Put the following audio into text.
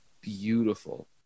Beautiful